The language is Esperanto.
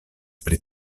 pri